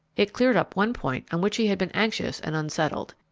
it cleared up one point on which he had been anxious and unsettled.